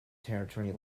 territory